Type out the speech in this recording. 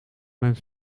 mijn